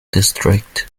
district